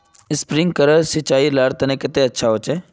Sprinkler सिंचाई चयपत्ति लार केते अच्छा होचए?